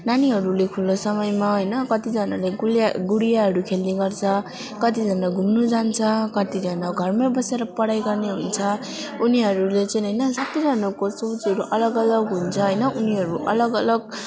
नानीहरूले खुला समयमा होइन कतिजनाले गुडिया गुडियाहरू खेल्ने गर्छ कतिजना घुम्नु जान्छ कतिजना घरमै बसेर पढाइ गर्ने हुन्छ उनीहरूले चाहिँ होइन सबजनाको सोचहरू अलग अलग हुन्छ होइन उनीहरू अलग अलग